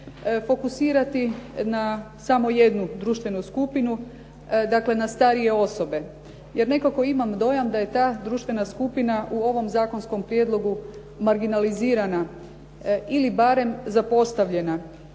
fokusirati na samo jednu društvenu skupinu, dakle na starije osobe jer nekako imam dojam da je ta društvena skupina u ovom zakonskom prijedlogu marginalizirana ili barem zapostavljena.